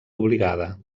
obligada